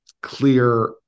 clear